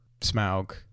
Smaug